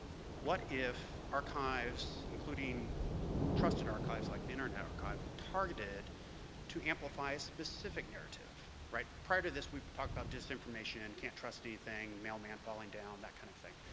what if archives, including trusted archives like the internet archive, were targeted to amplify a specific narrative? prior to this we've talked about disinformation and can't trust anything, mailman falling down, that kind of thing.